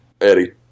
Eddie